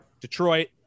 detroit